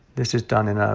this is done an ah